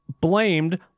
blamed